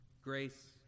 Grace